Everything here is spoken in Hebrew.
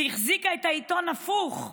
והחזיקה את העיתון הפוך.